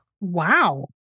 Wow